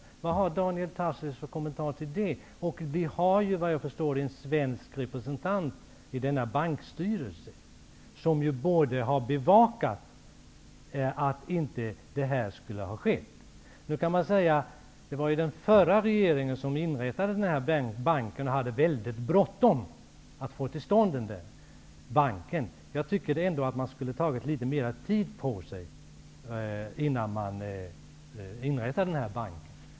Vi har såvitt jag förstår en svensk representant i bankens styrelse, och denne borde ha bevakat att detta inte skulle ha skett. Nu kan man säga att det var den förra regeringen som inrättade denna bank och att det var bråttom att få till stånd en sådan. Jag tycker ändå att man skulle ha tagit litet mera tid på sig innan man inrättade banken.